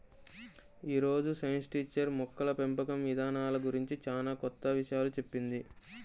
యీ రోజు science teacher మొక్కల పెంపకం ఇదానాల గురించి చానా కొత్త విషయాలు చెప్పింది